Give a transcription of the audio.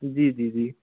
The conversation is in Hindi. जी जी जी